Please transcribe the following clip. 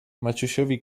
maciusiowi